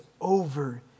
over